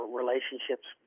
relationships